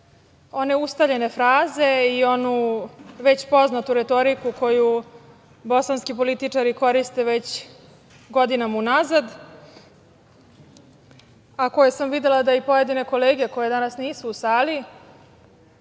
one ustaljene fraze i onu već poznatu retoriku koju bosanski političari koriste već godinama unazad, a koje sam videla da i pojedine kolege koje danas nisu u sali